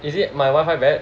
is it my wifi bad